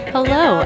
Hello